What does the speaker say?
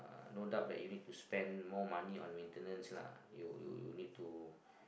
no doubt that you need to spend more money on maintenance you you you need to